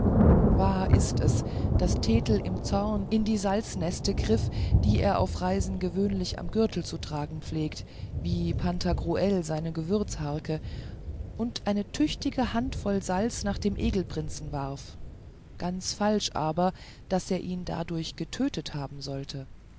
wahr ist es daß thetel im zorn in die salzmeste griff die er auf reisen gewöhnlich am gürtel zu tragen pflegt wie pantagruel seine gewürzharke und eine tüchtige hand voll salz nach dem egelprinzen warf ganz falsch aber daß er ihn dadurch getötet haben sollte